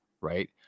right